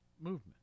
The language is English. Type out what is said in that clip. movement